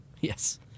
Yes